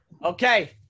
Okay